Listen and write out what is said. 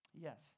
Yes